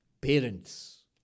Parents